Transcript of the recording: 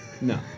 No